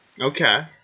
Okay